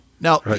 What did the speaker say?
now